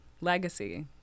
legacy